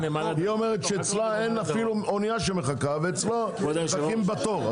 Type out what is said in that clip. היא אומרת שאצלה אין אפילו אוניה שמחכה ואצלו מחכים בתור.